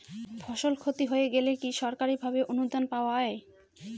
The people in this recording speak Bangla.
ফসল ক্ষতি হয়ে গেলে কি সরকারি ভাবে অনুদান পাওয়া য়ায়?